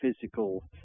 physical